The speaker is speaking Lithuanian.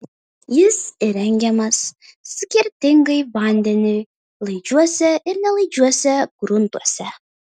jis įrengiamas skirtingai vandeniui laidžiuose ir nelaidžiuose gruntuose